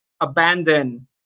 abandon